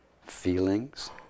feelings